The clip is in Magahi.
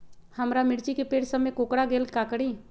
हमारा मिर्ची के पेड़ सब कोकरा गेल का करी?